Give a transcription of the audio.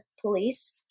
police